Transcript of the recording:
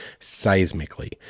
seismically